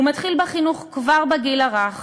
הוא מתחיל בחינוך כבר בגיל הרך,